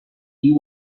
you